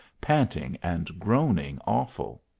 panting and groaning awful.